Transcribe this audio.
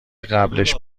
قبلش